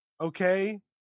Okay